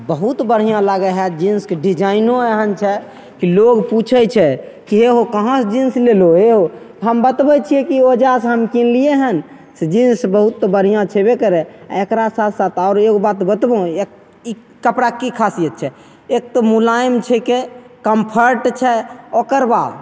बहुत बढ़िआँ लागए हइ जिन्सके डिजाइनो एहन छै जे कि लोग पूछय छै हे हो कहाँसँ जिन्स लेलहो हे हो बतबय छियै कि ओइजासँ किनलियै हन से जिन्स बहुत बढ़िआँ छेबे करय आओर एकरा साथ साथ और एगो बात बतबौं एक ई कपड़ाके की खातिर छै एक तऽ मोलायम छिकै कम्फर्ट छै ओकरबाद